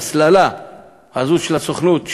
ההסללה הזאת של הסוכנות,